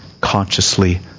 consciously